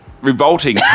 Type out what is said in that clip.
revolting